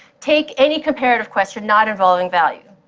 take any comparative question not involving value,